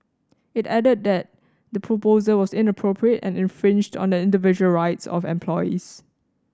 it added that the proposal was inappropriate and infringed on the individual rights of employees